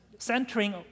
centering